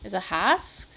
it's a husk